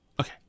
Okay